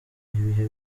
ibihe